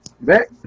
Back